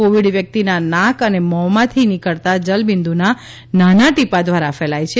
Covid વ્યક્તિના નાક અને મોંમાંથી નીકળતા જલબિન્દુના નાના ટીપાં દ્વારા ફેલાય છે